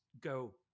go